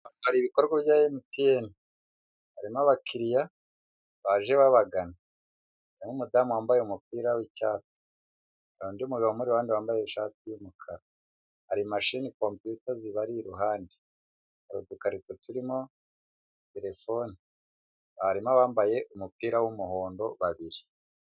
Hari ibikorwa bya MTN harimo abakiriya baje babagana n'umudamu wambaye umupira w'icyatsi undi mugabo umuri iruhande wambaye ishati y'umukara, hari mashini kompiyuta zibari iruhande hari udukarito turimo terefone, harimo abambaye umupira w'umuhondo babiri.